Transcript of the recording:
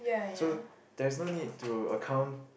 so there is no need to account